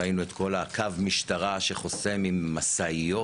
ראינו את כל קו המשטרה שחוסם עם משאיות,